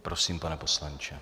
Prosím, pane poslanče.